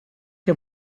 che